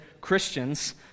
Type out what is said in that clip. Christians